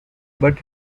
but